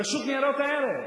רשות ניירות הערך,